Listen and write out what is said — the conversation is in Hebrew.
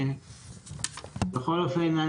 בכל אופן,